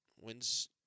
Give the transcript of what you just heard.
wins